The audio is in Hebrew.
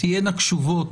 זרוע עבודה.